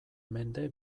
mende